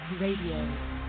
Radio